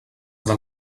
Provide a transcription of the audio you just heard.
del